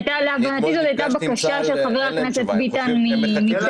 להבנתי, זו הייתה בקשה של חבר הכנסת ביטן מצה"ל.